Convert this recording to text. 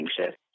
anxious